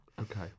Okay